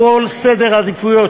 כל סדר העדיפויות,